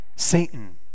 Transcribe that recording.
Satan